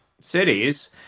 cities